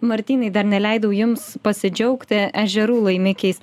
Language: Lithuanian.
martynai dar neleidau jums pasidžiaugti ežerų laimikiais